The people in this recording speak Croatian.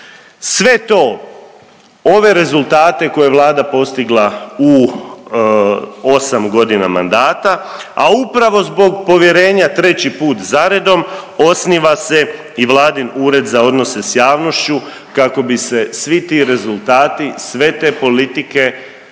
Sve to ove rezultate koje je Vlada postigla u 8.g. mandata, a upravo zbog povjerenja treći put zaredom osniva se i vladin Ured za odnose s javnošću kako bi se svi ti rezultati, sve te politike,